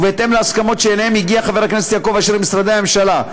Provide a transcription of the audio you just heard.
ובהתאם להסכמות שאליהן הגיע חבר הכנסת יעקב אשר עם משרדי הממשלה,